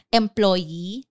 employee